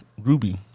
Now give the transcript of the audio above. Ruby